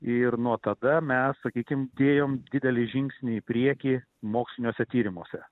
ir nuo tada mes sakykim dėjom didelį žingsnį į priekį moksliniuose tyrimuose